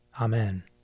Amen